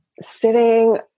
sitting